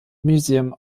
museum